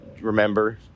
remember